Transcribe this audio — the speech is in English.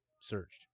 searched